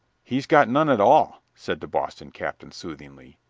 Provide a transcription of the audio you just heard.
he's got none at all, said the boston captain, soothingly.